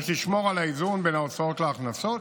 יש לשמור על האיזון בין ההוצאות להכנסות,